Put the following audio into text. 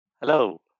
Hello